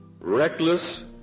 reckless